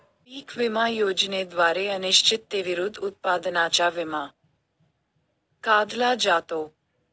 पीक विमा योजनेद्वारे अनिश्चिततेविरुद्ध उत्पादनाचा विमा काढला जातो